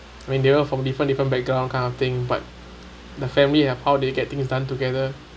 when they all form different different background kind of thing but the family have how they get things done together